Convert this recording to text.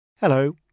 Hello